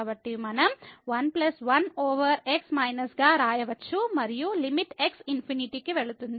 కాబట్టి మనం 1 plus 1 over x minus గా వ్రాయవచ్చు మరియు లిమిట్ x ∞ కి వెళ్తుంది